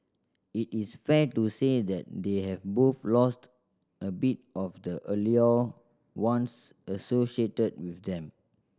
it is fair to say that they have both lost a bit of the allure once associated with them